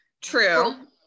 true